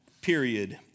period